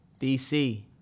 DC